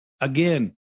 Again